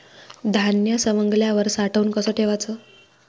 धान्य सवंगल्यावर साठवून कस ठेवाच?